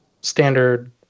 standard